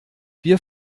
wir